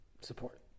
support